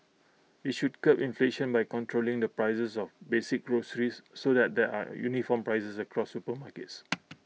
IT should curb inflation by controlling the prices of basic groceries so that there are uniform prices across supermarkets